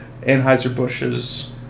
Anheuser-Busch's